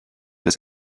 des